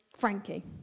Frankie